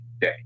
day